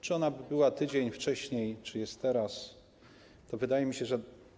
Czy ona by była tydzień wcześniej, czy jest teraz, wydaje mi się, że.